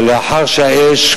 אחריו,